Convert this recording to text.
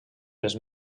les